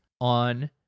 on